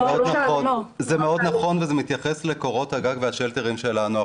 זה מאוד נכון וזה מתייחס לקורות הגג והשלטרים שלנו.